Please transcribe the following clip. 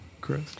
Chris